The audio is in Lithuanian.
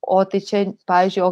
o tai čia pavyzdžiui o